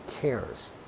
cares